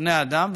בני אדם.